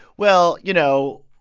well, you know,